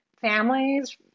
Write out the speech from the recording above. families